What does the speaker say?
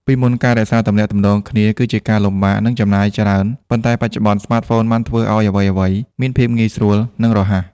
ពីមុន ការរក្សាទំនាក់ទំនងគ្នាគឺជាការលំបាក និងចំណាយច្រើន ប៉ុន្តែបច្ចុប្បន្ន ស្មាតហ្វូនបានធ្វើឲ្យអ្វីៗមានភាពងាយស្រួល និងរហ័ស។